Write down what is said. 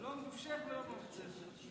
לא מדובשך ולא מעוקצך.